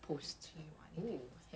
social media right